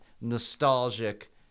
nostalgic